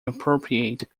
appropriate